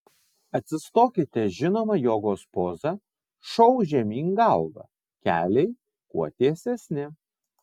atsistokite žinoma jogos poza šou žemyn galva keliai kuo tiesesni